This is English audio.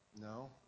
No